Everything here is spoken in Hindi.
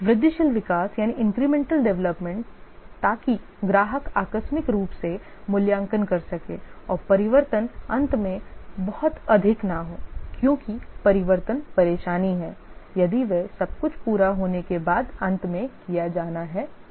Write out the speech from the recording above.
वृद्धिशील विकास ताकि ग्राहक आकस्मिक रूप से मूल्यांकन कर सके और परिवर्तन अंत में बहुत अधिक ना हो क्योंकि परिवर्तन परेशानी हैं यदि वे सब कुछ पूरा होने के बाद अंत में किया जाना है तो